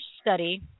study